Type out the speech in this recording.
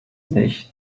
nicht